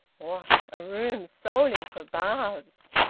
what! a room solely for baths!